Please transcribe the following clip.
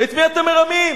את מי אתם מרמים?